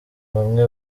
bamwe